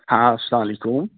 ہاں السلام علیکم